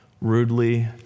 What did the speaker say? rudely